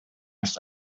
ist